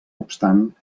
obstant